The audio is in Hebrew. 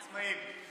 עצמאיים.